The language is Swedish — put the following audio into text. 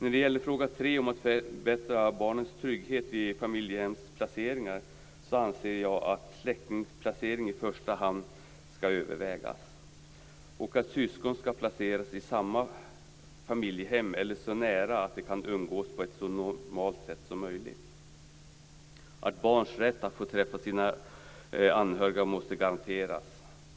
När det gäller fråga 3, om förbättring av barnens trygghet vid familjehemsplaceringar, anser jag att i första hand släktingsplacering ska övervägas och att syskon ska placeras i samma familjehem eller så nära att de kan umgås på ett så normalt sätt som möjligt liksom att barns rätt att få träffa sina anhöriga måste garanteras,